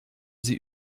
sie